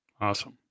Awesome